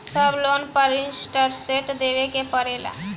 सब लोन पर इन्टरेस्ट देवे के पड़ेला?